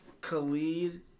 Khalid